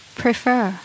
prefer